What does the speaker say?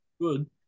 good